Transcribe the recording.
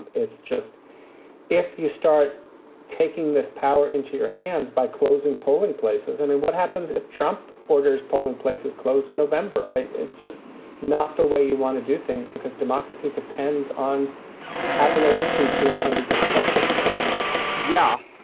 and it's just if you start taking this power into your hands by closing polling places, i mean, what happens if trump orders polling places close in november? it's just not the way you want to do things because democracy depends on having elections even under difficult circumstances yeah,